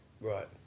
right